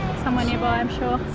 somewhere nearby, i'm sure.